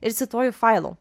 ir cituoju failau